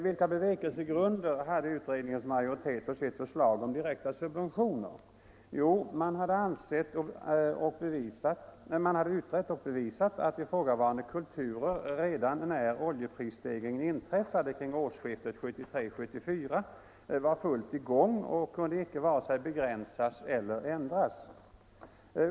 Vilka bevekelsegrunder hade utredningens majoritet för sitt förslag om direkta subventioner? Jo, man hade utrett och bevisat att ifrågavarande kulturer redan när oljeprisstegringen inträffade kring årsskiftet 1973-1974 var fullt i gång och kunde icke vare sig begränsas eller ändras.